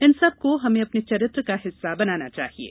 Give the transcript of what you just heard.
इन सब को हमें अपर्ने चरित्र का हिस्सा बनाना चाहिये